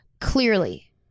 clearly